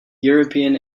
european